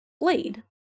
blade